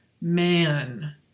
man